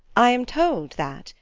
i am told that,